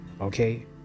okay